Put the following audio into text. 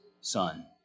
son